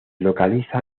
localiza